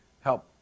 help